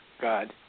God